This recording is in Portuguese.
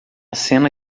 cena